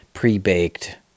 Pre-baked